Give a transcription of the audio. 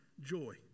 joy